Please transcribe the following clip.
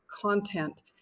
content